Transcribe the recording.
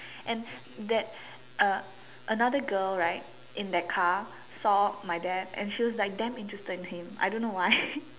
and that uh another girl right in that car right saw my dad and she was like damn interested in him I don't know why